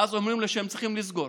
ואז אומרים להם שהם צריכים לסגור,